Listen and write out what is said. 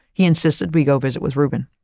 he insisted we go visit with reuben.